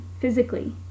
physically